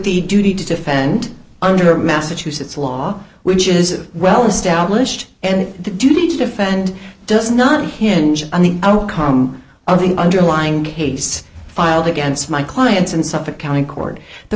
the duty to defend under massachusetts law which is well established and the duty to defend does not hinge on the outcome of the underlying case filed against my clients in suffolk county court the